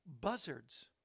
buzzards